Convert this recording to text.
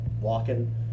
walking